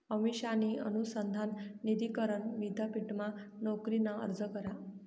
अमिषाने अनुसंधान निधी करण विद्यापीठमा नोकरीना अर्ज करा